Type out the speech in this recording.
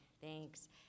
Thanks